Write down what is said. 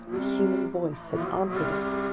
a human voice had answered us!